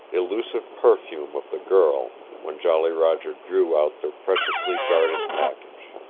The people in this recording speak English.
illusive perfume of the girl when jolly roger drew out their preciously guarded package.